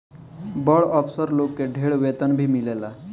बड़ अफसर लोग के ढेर वेतन भी मिलेला